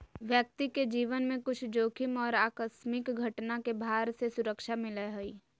व्यक्ति के जीवन में कुछ जोखिम और आकस्मिक घटना के भार से सुरक्षा मिलय हइ